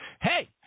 hey